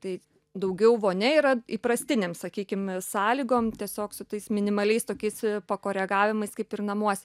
tai daugiau vonia yra įprastinėm sakykim sąlygom tiesiog su tais minimaliais tokiais pakoregavimais kaip ir namuos